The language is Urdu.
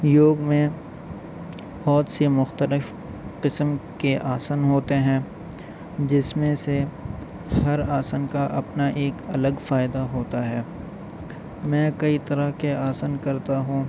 یوگ میں بہت سی مختلف قسم کے آسن ہوتے ہیں جس میں سے ہر آسن کا اپنا ایک الگ فائدہ ہوتا ہے میں کئی طرح کے آسن کرتا ہوں